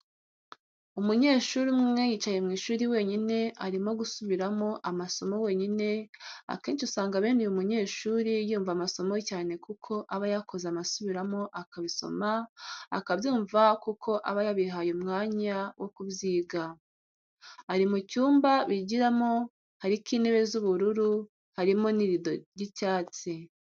Umunyeshuri umwe yicaye mwishuri wenyine arimo gusubiramo amasomo wenyine akenshi usanga bene uyu munyeshuri yumva amasomo cyane kuko abayakoze amasubiramo akabisoma akabyumva kuko aba yabihaye umwanya wokubyiga. Ari mucyumba bigiramo hariko intebe z'ubururu harimo n'irido ry'icyatsi.